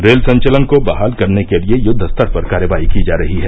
rail संचलन को बहाल करने के लिए युद्व स्तर पर कार्रवाई की जा रही है